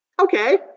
Okay